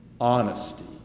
honesty